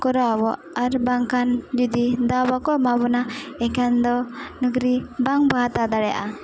ᱠᱚᱨᱟᱣ ᱟᱵᱚ ᱟᱨ ᱵᱟᱝᱠᱷᱟᱱ ᱡᱩᱫᱤ ᱫᱟᱣ ᱵᱟᱠᱚ ᱮᱢᱟ ᱵᱚᱱᱟ ᱮᱠᱷᱚᱱ ᱫᱚ ᱱᱚᱠᱨᱤ ᱵᱟᱝ ᱵᱚ ᱦᱟᱛᱟᱣ ᱫᱟᱲᱮᱭᱟᱜᱼᱟ